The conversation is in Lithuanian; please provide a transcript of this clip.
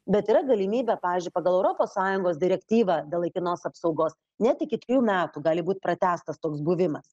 bet yra galimybė pavyzdžiui pagal europos sąjungos direktyvą dėl laikinos apsaugos net iki trijų metų gali būt pratęstas toks buvimas